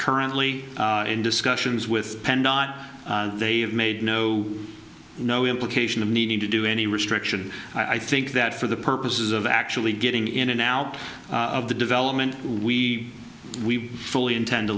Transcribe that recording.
currently in discussions with penn not they have made no no implication of needing to do any restriction i think that for the purposes of actually getting in and out of the development we we fully intend to